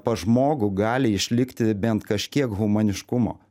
pas žmogų gali išlikti bent kažkiek humaniškumo